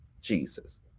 Jesus